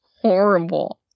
horrible